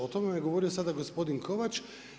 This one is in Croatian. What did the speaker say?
O tome je govorio sada gospodin Kovač.